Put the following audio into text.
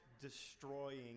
destroying